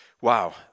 Wow